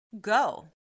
Go